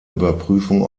überprüfung